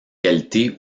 qualités